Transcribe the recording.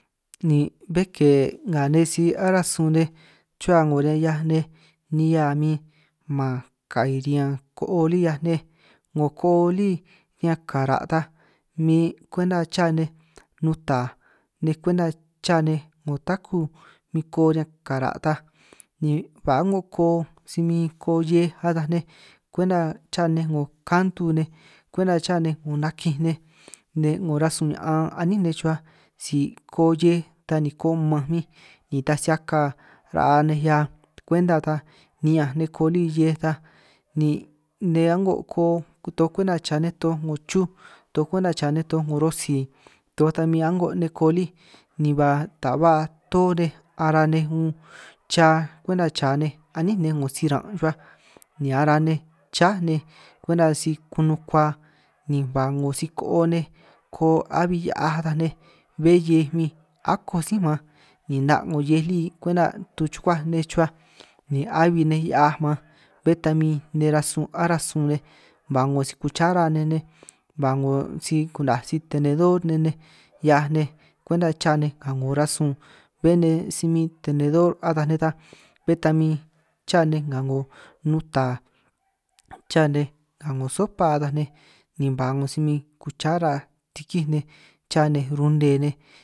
Ni bé ke nga nej si aráj sun nej chuhua 'ngo rahiaj nej, nihia min man ka'i riñan koo lí 'hiaj nej 'ngo koo lí riñan kara' ta min kwenta cha nej nuta nej, kwenta cha nej 'ngo taku min koo riñan kara' ta, ni ba a'ngo koo si min koo hiej ataj nej kwenta cha nej 'ngo kantu nej, kwenta cha nej 'ngo nakinj nej nej 'ngo rasun maan a'nín nej chuhuaj si koo hiej ta ni koo mmanj min ni taj si aka ra'a nej 'hia, kwenta ta niñanj nej koo lí hiej ta ni nej a'ngo koo toj kwenta cha nej toj 'ngo chuj, toj kwenta cha nej toj 'ngo rosi toj ta min a'ngo nej koo lí, ni ba ta ba toj nej ara nej un cha kwenta cha nej a'nínj nej nej 'ngo siran' ruhuaj, ni ara nej chá nej kwenta si kunukua ni ba 'ngo si-koo nej koo a'bi hia'aj ataj nej, bé hiej min akoj sí man ni 'na' 'ngo hiej lí kwenta tuchukuáj nej chuhuaj ni abi nne hia'aj man, bé ta min nej rasun aráj sun nej ba 'ngo si-kuchara nej nej, ba 'ngo si ku'naj si-tenedor nej nej 'hiaj nej kwenta cha nej nga 'ngo rasun, bé nej si min tenedor ataj nej, ta bé ta min cha nej nga 'ngo nuta, cha nej nga 'ngo sopa ataj nej, ni ba 'ngo si min kuchara tikíj nej cha nej rune nej.